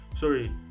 sorry